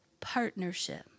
partnership